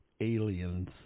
aliens